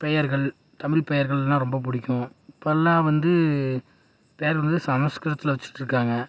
பெயர்கள் தமிழ் பெயர்கள்னா ரொம்ப பிடிக்கும் இப்பெல்லாம் வந்து பெயர்கள் வந்து சமஸ்கிருதத்தில் வச்சிகிட்டு இருக்காங்க